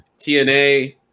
TNA